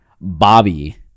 Bobby